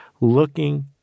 looking